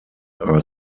are